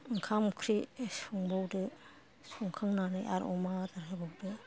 ओंखाम ओंख्रि संबावदो संखांनानै आरो अमा आदार होबावदो